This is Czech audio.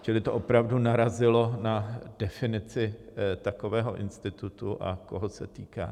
Čili to opravdu narazilo na definici takového institutu a koho se týká.